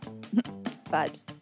Vibes